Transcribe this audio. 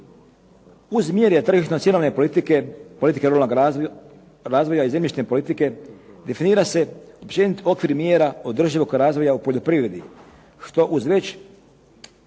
Uz mjere tržišno … politike, politika ruralnog razvoja i zemljišne politike, definira se općenit okvir mjera održivog razvoja u poljoprivredi što uz već